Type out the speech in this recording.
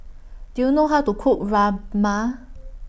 Do YOU know How to Cook Rajma